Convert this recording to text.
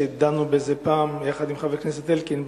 שדנה בזה פעם יחד עם חבר הכנסת אלקין,